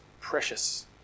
precious